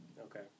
Okay